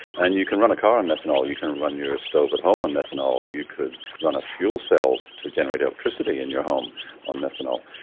and you can run a car on methanol, you can run your ah stove at home on methanol, you could run a fuel cell to generate electricity in your home on methanol.